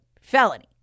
felony